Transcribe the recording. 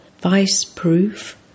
vice-proof